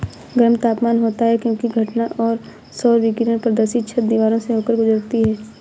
गर्म तापमान होता है क्योंकि घटना सौर विकिरण पारदर्शी छत, दीवारों से होकर गुजरती है